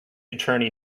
attorney